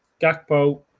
Gakpo